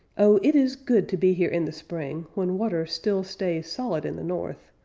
oh! it is good to be here in the spring, when water still stays solid in the north,